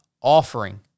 offering